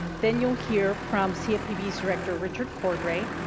then you will hear from cfpb's director, richard cordray.